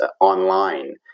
online